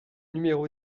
numéro